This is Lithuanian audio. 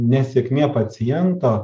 nesėkmė paciento